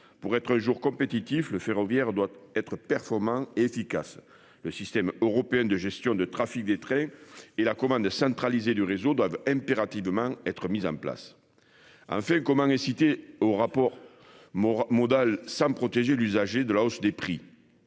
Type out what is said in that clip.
pour être jour compétitif le ferroviaire doit être performant efficace le système européen de gestion de trafic, des trains et la commande centralisée du réseau doivent impérativement être mises en place. Enfin comment inciter au rapport Mauroy modal ça me protéger l'usager de la hausse des prix.